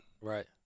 Right